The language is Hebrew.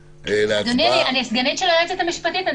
הצווים של עיריית חיפה.